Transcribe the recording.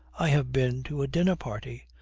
i have been to a dinner-party.